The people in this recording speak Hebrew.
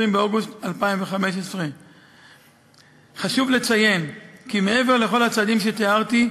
באוגוסט 2015. חשוב לציין כי מעבר לכל הצעדים שתיארתי,